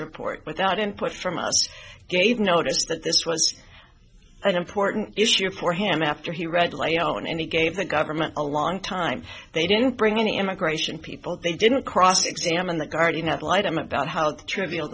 report without input from us gave notice that this was an important issue for him after he read laon and he gave the government a long time they didn't bring in the immigration people they didn't cross examine the guardian ad litum about how trivial